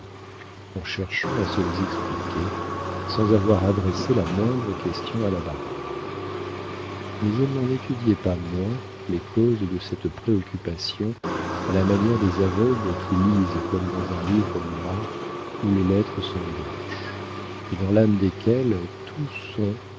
en cherchant à se les expliquer sans avoir adressé la moindre question à la baronne mais elle n'en étudiait pas moins les causes de cette préoccupation à la manière des aveugles qui lisent comme dans un livre noir où les lettres sont blanches et dans l'âme desquels tout son